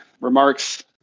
remarks